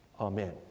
Amen